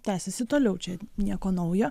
tęsiasi toliau čia nieko naujo